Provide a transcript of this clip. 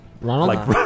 Ronald